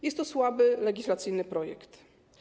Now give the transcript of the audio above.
Jest to słaby legislacyjny projekt.